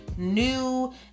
new